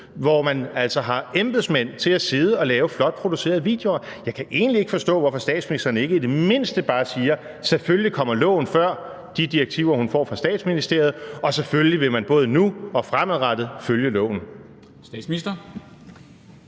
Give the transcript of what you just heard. hvor man altså har embedsmænd til at sidde og lave flot producerede videoer. Jeg kan egentlig ikke forstå, hvorfor statsministeren ikke i det mindste bare siger, at selvfølgelig kommer loven før de direktiver, hun får fra Statsministeriet, og selvfølgelig vil man både nu og fremadrettet følge loven.